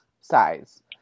size